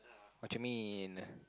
what you mean